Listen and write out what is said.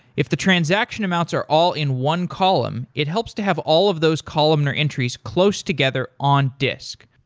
if the transaction amounts are all in one column, it helps to have all of those columnar entries close together on disk.